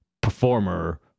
performer